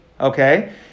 Okay